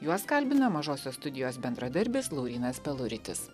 juos kalbina mažosios studijos bendradarbis laurynas peluritis